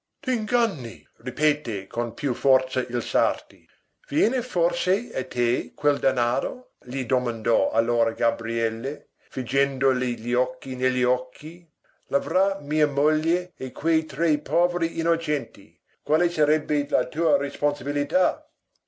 ripeté con più forza il sarti viene forse a te quel danaro gli domandò allora gabriele figgendogli gli occhi negli occhi l'avrà mia moglie e quei tre poveri innocenti quale sarebbe la tua responsabilità